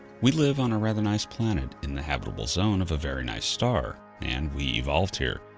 we live on a rather nice planet in the habitable zone of a very nice star. and we evolved here.